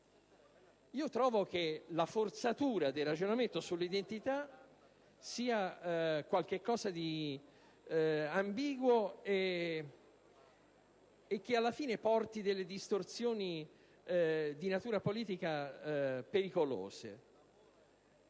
Trovo che la forzatura del ragionamento sull'identità sia qualcosa di ambiguo e che, alla fine, porti a distorsioni di natura politica pericolose.